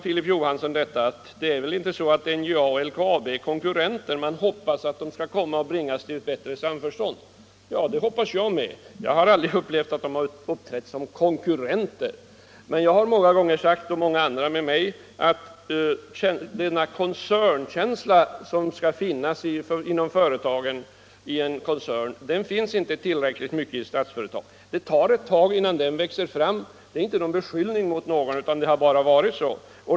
Filip Johansson frågade om NJA och LKAB kanske var konkurrenter och hoppades att de skulle kunna bringas till ett bättre samförstånd. Ja, det hoppas jag med. Jag har aldrig upplevt att de har uppträtt som konkurrenter, men jag har ofta sagt - och många andra med mig — att den koncernkänsla som skall finnas i företagen inom en koncern inte finns i tillräcklig utsträckning i Statsföretag. Det tar ett tag innan den växer fram. Detta är inte en beskyllning mot någon, utan det har bara varit så.